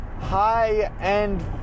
high-end